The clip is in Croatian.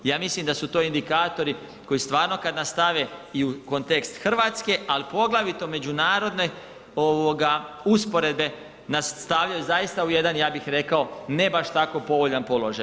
Ja mislim da su to indikatori koji stvarno kad nastave i u kontekst Hrvatske, ali poglavito međunarodne usporedbe nas stavljaju zaista u jedan, ja bih rekao ne baš tako povoljan položaj.